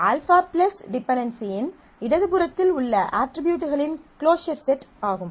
α டிபென்டென்சியின் இடது புறத்தில் உள்ள அட்ரிபியூட்களின் க்ளோஸர் செட் ஆகும்